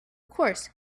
course